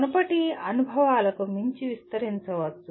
మునుపటి అనుభవాలకు మించి విస్తరించవచ్చు